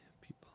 people